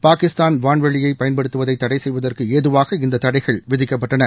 பாகிஸ்தான் வான்வளியைபயன்படுத்துவதைதடைசெய்வதற்குஏதுவாக இந்ததடைள் விதிக்கப்பட்டன